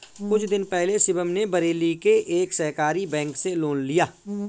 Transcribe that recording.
कुछ दिन पहले शिवम ने बरेली के एक सहकारी बैंक से लोन लिया